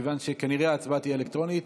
כיוון שכנראה ההצבעה תהיה אלקטרונית.